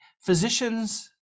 physicians